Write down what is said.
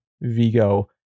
Vigo